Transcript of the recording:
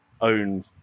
own